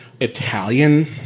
Italian